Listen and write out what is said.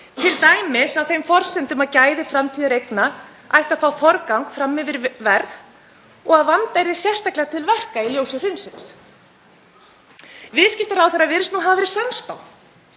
t.d. á þeim forsendum að gæði framtíðareigna ættu að fá forgang fram yfir verð og að vanda ætti sérstaklega til verka í ljósi hrunsins. Viðskiptaráðherra virðist hafa verið sannspá